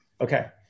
Okay